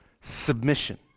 submission